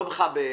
לא בך.